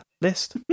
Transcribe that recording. list